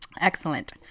Excellent